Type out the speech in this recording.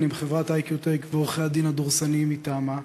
עם חברת "איקיוטק" ועורכי-הדין הדורסניים מטעמה,